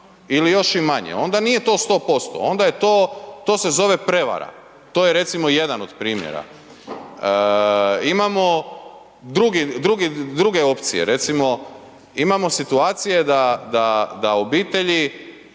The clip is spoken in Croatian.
ili još i manje, onda nije to 100% onda je to, to se zove prevara. To je recimo jedan od primjera. Imamo druge opcije, recimo imamo situacije da obitelji